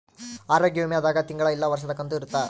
ಆರೋಗ್ಯ ವಿಮೆ ದಾಗ ತಿಂಗಳ ಇಲ್ಲ ವರ್ಷದ ಕಂತು ಇರುತ್ತ